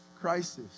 crisis